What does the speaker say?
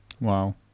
Wow